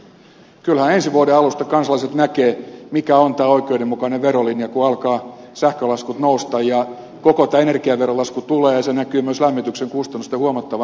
kyllähän ensi vuoden alusta kansalaiset näkevät mikä on tämä oikeudenmukainen verolinja kun alkavat sähkölaskut nousta ja koko tämä energiaverolasku tulee ja se näkyy myös lämmityksen kustannusten huomattavana nousuna